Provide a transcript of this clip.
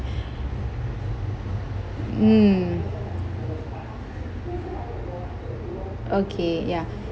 mm okay ya